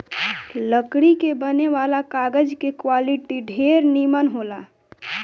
लकड़ी से बने वाला कागज के क्वालिटी ढेरे निमन होला